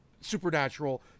supernatural